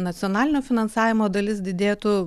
nacionalinio finansavimo dalis didėtų